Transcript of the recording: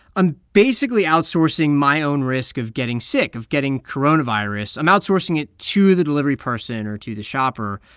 i'm basically outsourcing my own risk of getting sick, of getting coronavirus. i'm outsourcing it to the delivery person or to the shopper.